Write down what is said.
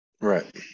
right